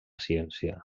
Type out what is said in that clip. ciència